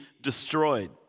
destroyed